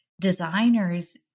designers